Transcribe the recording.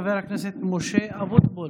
חבר הכנסת משה אבוטבול,